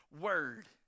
word